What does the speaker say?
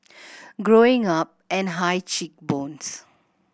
growing up and high cheek bones